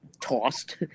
tossed